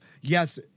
Yes